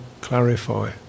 clarify